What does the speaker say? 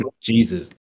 Jesus